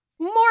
more